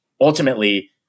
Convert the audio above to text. ultimately